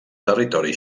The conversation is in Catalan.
territori